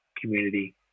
community